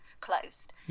closed